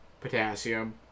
potassium